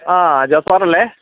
ആ അജാസ് സാറല്ലേ